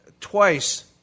twice